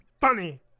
funny